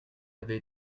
avez